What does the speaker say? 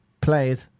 played